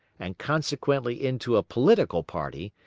and consequently into a political party,